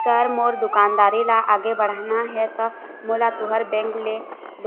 sir मोर दुकानदारी ला आगे बढ़ाना हे ता मोला तुंहर बैंक